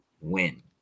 win